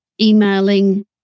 emailing